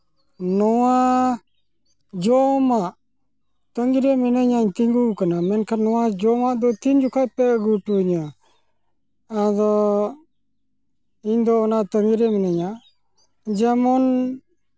ᱱᱚᱣᱟ ᱡᱚᱢᱟᱜ ᱛᱟᱹᱜᱤᱨᱮ ᱢᱤᱱᱟᱹᱧᱟ ᱛᱤᱸᱜᱩᱣ ᱠᱟᱱᱟ ᱢᱮᱱᱠᱷᱟᱱ ᱱᱚᱣᱟ ᱡᱚᱢᱟᱜ ᱫᱚ ᱛᱤᱱ ᱡᱚᱠᱷᱮᱱ ᱯᱮ ᱟᱹᱜᱩ ᱦᱚᱴᱚᱣᱟᱹᱧᱟ ᱟᱫᱚ ᱤᱧᱫᱚ ᱚᱱᱟ ᱛᱟᱹᱜᱤᱨᱮ ᱢᱤᱱᱟᱹᱧᱟ ᱡᱮᱢᱚᱱ